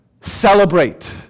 celebrate